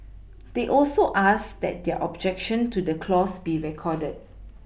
they also asked that their objection to the clause be recorded